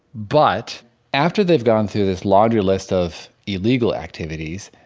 but after they've gone through this laundry list of illegal activities,